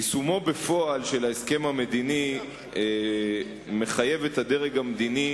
יישומו בפועל של ההסכם המדיני מחייב את הדרג המדיני